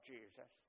Jesus